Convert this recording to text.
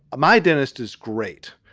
my dentist is great.